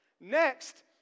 Next